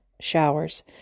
showers